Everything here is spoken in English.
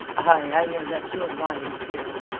i know that's your lying tale.